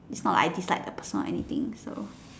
it's not like I dislike the person or anything so